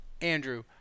Andrew